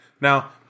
Now